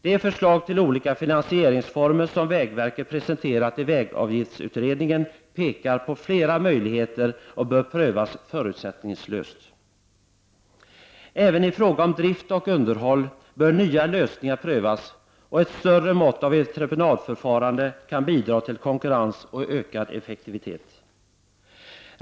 De förslag till olika finansieringsformer som vägverket presenterat i vägavgiftsutredningen pekar på flera möjligheter och bör prövas förutsättningslöst. Även i fråga om drift och underhåll bör nya lösningar prövas. Ett större mått av entreprenadförfarande kan bidra till konkurrens och ökad effektivitet.